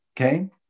okay